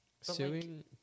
Suing